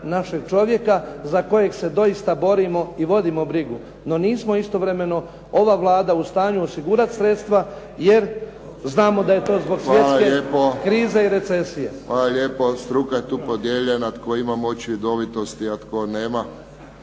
našeg čovjeka, za kojeg se doista borimo i vodimo brigu. No nismo istovremeno ova Vlada u stanju osigurati sredstva jer znamo da je to zbog svjetske krize i recesije. **Friščić, Josip (HSS)** Hvala lijepo. Struka je tu podijeljena, tko ima moć vidovitosti a tko nema.